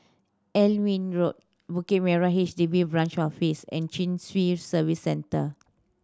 Alnwick Road Bukit Merah H D B Branch Office and Chin Swee Service Centre